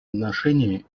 отношении